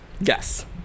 yes